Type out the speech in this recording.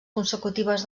consecutives